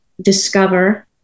discover